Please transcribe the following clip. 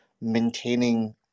maintaining